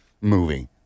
movie